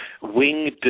winged